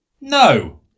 No